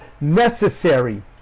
necessary